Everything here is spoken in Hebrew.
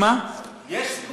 יש סיכום